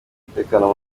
umutekano